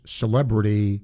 celebrity